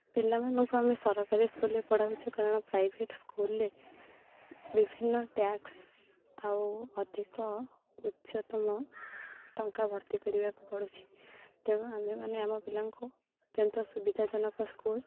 ପିଲାମାନଙ୍କୁ ଆମେ ସରକାରୀ ସ୍କୁଲ୍ରେ ପଢ଼ାଉଛୁ କାରଣ ପ୍ରାଇଭେଟ୍ ସ୍କୁଲ୍ରେ ବିଭିନ୍ନ ଟ୍ୟାକ୍ସ୍ ଆଉ ଅଧିକ ଉଚ୍ଚତମ ଟଙ୍କା ଭର୍ତ୍ତି କରିବାକୁ ପଡ଼ୁଛି ତେଣୁ ଆମେମାନେ ଆମ ପିଲାଙ୍କୁ ଅତ୍ୟନ୍ତ ସୁବିଧାଜନକ ସ୍କୁଲ୍